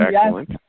excellent